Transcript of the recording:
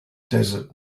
desert